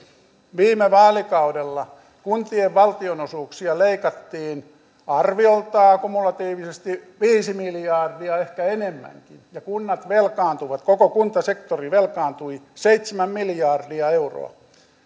viime vaalikaudella kuntien valtionosuuksia leikattiin kumulatiivisesti arviolta viisi miljardia ehkä enemmänkin ja kunnat velkaantuivat koko kuntasektori velkaantui seitsemän miljardia euroa